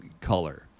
color